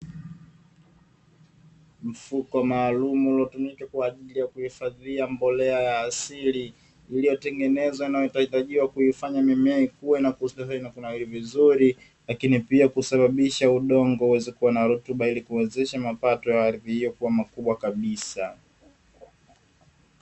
Mfuko maalumu, uliotumika kwa ajili ya kuhifadhia mbolea ya asili, iliyotengenezwa na kuhitajiwa kuifanya mimea ikue na kunawiri vizuri, lakini pia kusababisha udongo uweze kuwa na rutuba ili kuwezesha mapato ya ardhi hiyo kuwa makubwa kabisa.